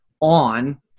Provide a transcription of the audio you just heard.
on